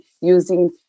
using